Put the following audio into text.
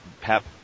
Pep